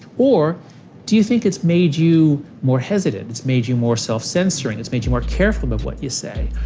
or do you think it's made you more hesitant, it's made you more self-censoring, it's made you more careful about what you say?